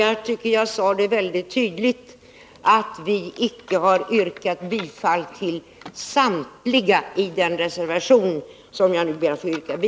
Jag tyckte att jag tidigare mycket tydligt sade att vi i reservationen icke har yrkat bifall till samtliga av häktesutredningens förslag.